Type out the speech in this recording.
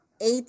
eight